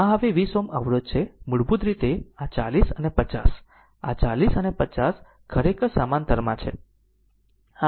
આ હવે 20 Ω અવરોધ છે મૂળભૂત રીતે આ 40 અને 50 આ 40 અને 50 ખરેખર સમાંતરમાં છે